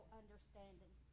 understanding